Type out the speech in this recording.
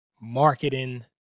marketing